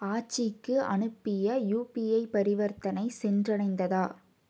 ஆச்சிக்கு அனுப்பிய யுபிஐ பரிவர்த்தனை சென்றடைந்ததா